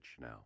now